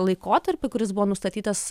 laikotarpiui kuris buvo nustatytas